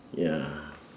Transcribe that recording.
ya